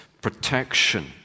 protection